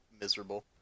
miserable